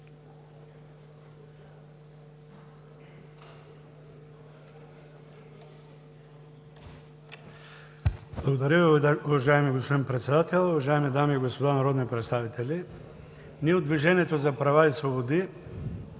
Благодаря Ви, уважаеми господин Председател. Уважаеми дами и господа народни представители, от „Движението за права и свободи“